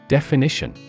Definition